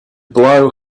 blow